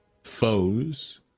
foes